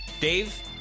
Dave